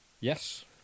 Yes